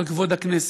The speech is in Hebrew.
על כבוד הכנסת: